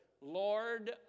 Lord